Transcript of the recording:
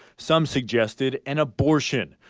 some suggested an abortion.